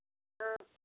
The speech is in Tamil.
ஆ